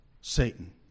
Satan